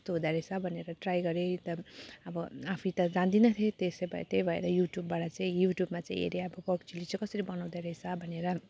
कस्तो हुँदो रहेछ भनेर ट्राई गरेँ त अब आफै त जान्दिनँ थिएँ त्यसो भए त्यही भएर युट्युबबाट चाहिँ युट्युबमा चाहिँ हेरेँ अब पर्क चिल्ली चाहिँ कसरी बनाउँदो रहेछ भनेर